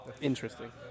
Interesting